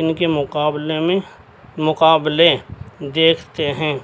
ان کے مقابلے میں مقابلے دیکھتے ہیں